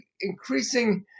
increasing